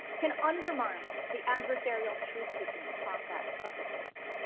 can undermine the adversarial truth-seeking process of the courts.